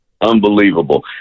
Unbelievable